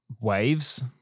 Waves